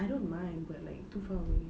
I don't mind but like too far away